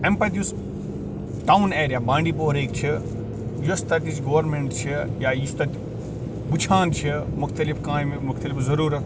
اَمہِ پَتہٕ یُس ٹاوُن ایریا بانڈی پوراہٕچۍ چھِ یۄس تَتِچۍ گورمیٚنٛٹ چھِ یا یُس تَتیٛک وُچھان چھُ مختلف کامہِ مختلف ضروٗرت